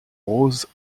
rose